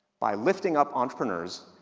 by lifting up entrepreneurs,